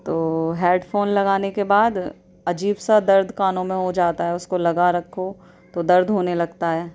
تو headphone لگانے کے بعد عجیب سا درد کانوں میں ہو جاتا ہے اس کو لگا رکھو تو درد ہونے لگتا ہے